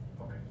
Okay